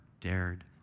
dared